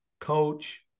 coach